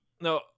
No